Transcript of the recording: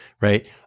right